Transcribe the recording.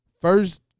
first